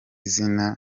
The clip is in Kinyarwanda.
zina